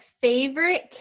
favorite